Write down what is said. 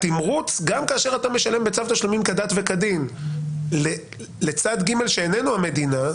התמרוץ גם כאשר אתה משלם בצו תשלומים כדת וכדין לצד ג' שאיננו המדינה,